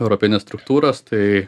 europinės struktūros tai